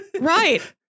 right